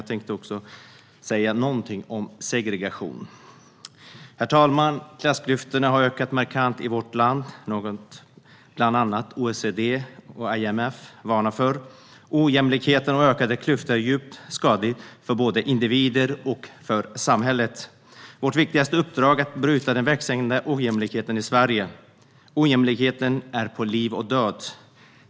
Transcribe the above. Jag tänkte också säga någonting om segregation. Herr talman! Klassklyftorna har ökat markant i vårt land, något som bland andra OECD och IMF varnar för. Ojämlikhet och ökade klyftor är djupt skadligt för både individer och samhället. Vårt viktigaste uppdrag är att bryta den växande ojämlikheten i Sverige. Ojämlikheten är på liv och död.